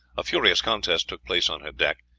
a furious contest took place on her deck,